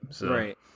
Right